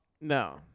No